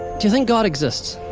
do you think god exists?